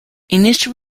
initial